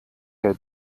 der